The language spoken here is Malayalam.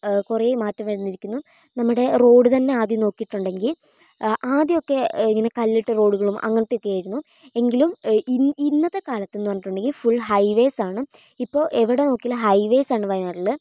കുറേ മാറ്റം വന്നിരിക്കുന്നു നമ്മുടെ റോഡ് തന്നെ ആദ്യം നോക്കിയിട്ടുണ്ടെങ്കിൽ ആദ്യമൊക്കെ ഇങ്ങനെ കല്ലിട്ട റോഡുകളും അങ്ങനത്തെയൊക്കെയായിരുന്നു എങ്കിലും ഇന്ന് ഇന്നത്തെ കാലത്തെന്നു പറഞ്ഞിട്ടുണ്ടെങ്കിൽ ഫുൾ ഹൈവേയ്സ് ആണ് ഇപ്പോൾ എവിടെ നോക്കിയാലും ഹൈവേയ്സ് ആണ് വയനാട്ടിൽ